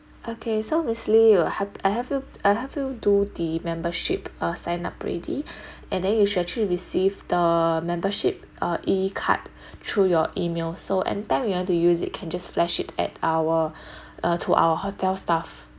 okay so miss lee you will help I help you I help you do the membership uh sign up already and then you should actually receive the membership uh e card through your email so anytime you want to use it can just flash it at our to our hotel staff